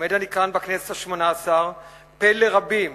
עומד אני כאן בכנסת השמונה-עשרה פֶּה לרבים